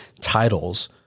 titles